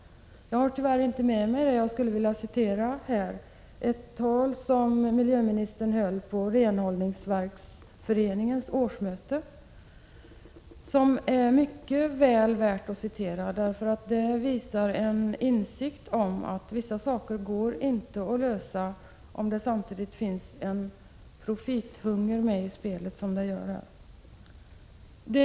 Jag har tyvärr inte med mig det avsnitt jag skulle vilja citera ur ett tal som miljöministern höll på Renhållningsverksföreningens årsmöte. Det är mycket väl värt att citera. Det visar en insikt om att vissa saker inte kan lösas om det samtidigt finns en profithunger med i spelet, som det gör på detta område.